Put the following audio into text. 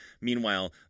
Meanwhile